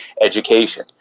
education